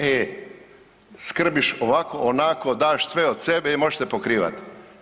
E, skrbiš ovako, onako, daš sve od sebe i možeš se pokrivat.